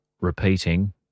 repeating